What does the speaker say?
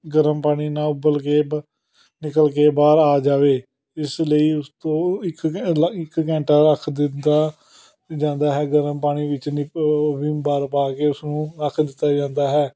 ਗਰਮ ਪਾਣੀ ਨਾਲ ਉੱਬਲ ਕੇ ਬ ਨਿਕਲ ਕੇ ਬਾਹਰ ਆ ਜਾਵੇ ਇਸ ਲਈ ਉਸ ਤੋਂ ਇੱਕ ਘੰ ਲ ਇੱਕ ਘੰਟਾ ਰੱਖ ਦਿੱਤਾ ਜਾਂਦਾ ਹੈ ਗਰਮ ਪਾਣੀ ਵਿੱਚ ਨਿਪ ਵਿੰਮ ਬਾਰ ਪਾ ਕੇ ਉਸਨੂੰ ਰੱਖ ਦਿੱਤਾ ਜਾਂਦਾ ਹੈ